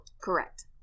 Correct